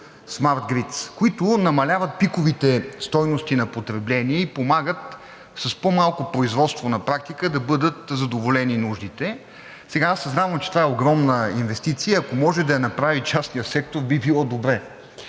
smart grits, които намаляват пиковите стойности на потребление и помагат с по-малко производство на практика да бъдат задоволени нуждите. Сега, аз съзнавам, че това е огромна инвестиция и ако може да я направи частният сектор, би било добре.